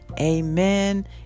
amen